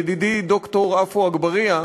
ידידי ד"ר עפו אגבאריה,